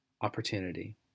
Opportunity